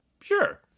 sure